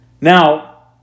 Now